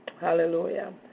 Hallelujah